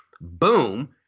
Boom